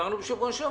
בשבוע שעבר.